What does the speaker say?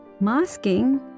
masking